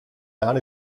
non